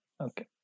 okay